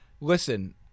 Listen